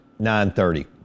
9:30